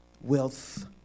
Wealth